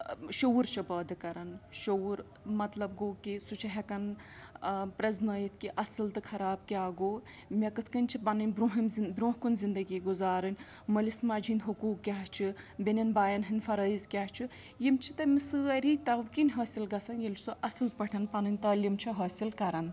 شعوٗر چھِ پٲدٕ کَران شعوٗر مطلب گوٚو کہِ سُہ چھِ ہٮ۪کان پرٛزنٲیِتھ کہِ اَصٕل تہٕ خراب کیٛاہ گوٚو مےٚ کِتھ کٔنۍ چھِ پَنٕنۍ برُنٛہِم برٛونٛہہ کُن زِندگی گُزارٕنۍ مٲلِس ماجہِ ہِنٛدۍ حقوٗق کیٛاہ چھُ بیٚنٮ۪ن بایَن ہٕنٛدۍ فرٲیض کیٛاہ چھُ یِم چھِ تٔمِس سٲری تَوکِنۍ حٲصِل گژھان ییٚلہِ سُہ اَصٕل پٲٹھۍ پنٕنۍ تٲلیٖم چھُ حٲصِل کران